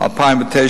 2009,